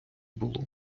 було